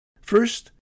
First